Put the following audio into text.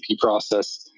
process